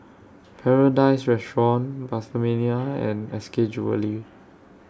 Paradise Restaurant PastaMania and S K Jewellery